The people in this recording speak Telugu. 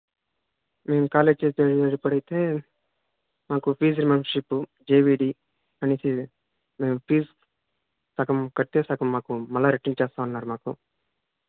మేము కాలేజ్ చదువుకునేటప్పుడు అయితే మాకు ఫీజు రెమెంబర్షిప్ జేవిడి అని మేము ఫీజ్ సగం కడితే సగం మాకు మళ్ళా రిటర్న్ చేస్తా అన్నారు మాకు